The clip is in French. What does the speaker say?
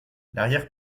l’arrière